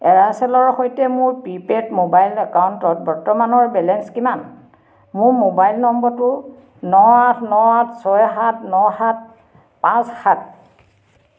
এয়াৰচেলৰ সৈতে মোৰ প্ৰিপেইড মোবাইল একাউণ্টত বৰ্তমানৰ বেলেন্স কিমান মোৰ মোবাইল নম্বৰটো ন আঠ ন আঠ ছয় সাত ন সাত পাঁচ সাত